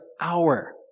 hour